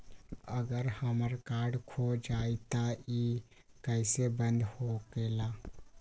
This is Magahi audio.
अगर हमर कार्ड खो जाई त इ कईसे बंद होकेला?